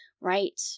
right